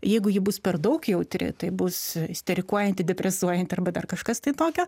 jeigu ji bus per daug jautri tai bus isterikuojanti depresuojanti arba dar kažkas tai tokio